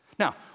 Now